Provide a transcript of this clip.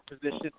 position